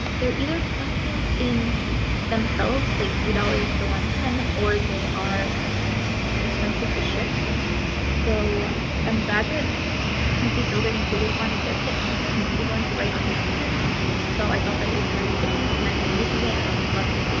they're either expensive in themselves like three dollars for one pen or they are expensive to ship so i'm glad that simply gilded included one with their kits because you need one to write on their stickers so i thought that it was very fitting and i've been using it and i love it.